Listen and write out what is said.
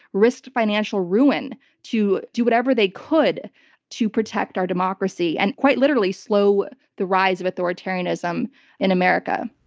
risked financial ruin to do whatever they could to protect our democracy and, quite literally, slow the rise of authoritarianism in america.